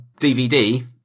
DVD –